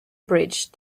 bridge